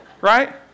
Right